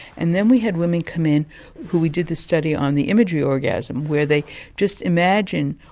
and then we had women come in who we did the study on the imagery orgasm, where they just imagined,